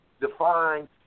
defined